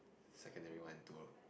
secondary one two